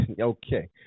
Okay